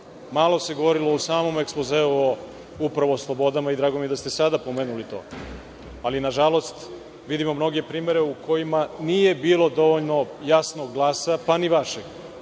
se govorilo o samom ekspozeu, o upravo slobodama. Drago mi je da ste sada pomenuli to. Ali, nažalost, vidimo mnoge primere u kojima nije bilo dovoljno jasnog glasa, pa ni vašeg,